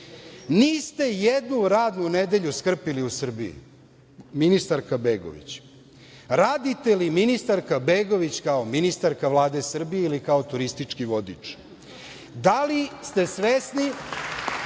Niste jednu radnu nedelju skrpili u Srbiji, ministarka Begović. Radite li, ministarka Begović, kao ministarka Vlade Srbije ili kao turistički vodič? Da li ste svesni